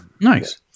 Nice